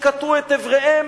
שקטעו את איבריהם?